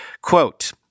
Quote